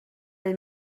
ell